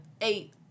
eight